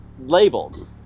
labeled